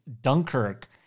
Dunkirk